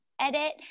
edit